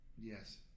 Yes